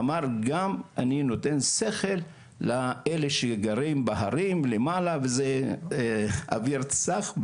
אמר גם אני נותן שכל לאלה שגרים בערים למעלה וזה אוויר צח,